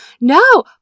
no